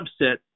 subset